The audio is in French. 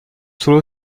solo